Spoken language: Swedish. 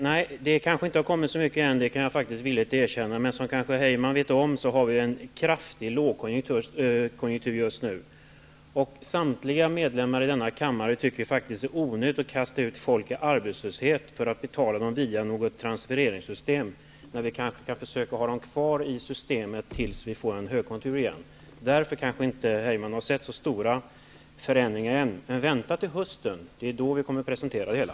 Herr talman! Jag kan villigt erkänna att det ännu inte har kommit så många förslag, men som Tom Heyman kanske är medveten om har vi just nu en kraftig lågkonjunktur i Sverige. Samtliga ledamöter i denna kammare tycker att det är onödigt att kasta ut människor i arbetslöshet och i stället ge dem ersättning via transfereringar, när de kanske kan vara kvar i systemet tills det återigen blir en högkonjunktur. Det är kanske därför som Tom Heyman ännu inte har sett så stora förändringar, men vänta till hösten, då vi kommer att presentera det hela.